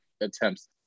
attempts